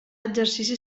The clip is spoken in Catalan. exercici